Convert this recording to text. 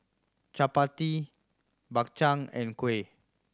chappati Bak Chang and kuih